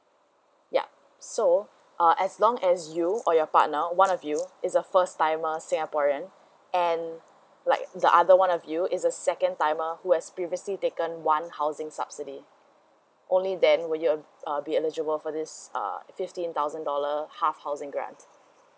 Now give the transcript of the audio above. yeah so uh as long as you or your partner one of you is a first timer singaporean and like the other one of you is a second timer who has previously taken one housing subsidy only then would you uh be eligible for this uh fifteen thousand dollar half housing grant